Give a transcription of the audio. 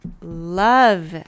love